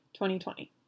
2020